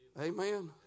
Amen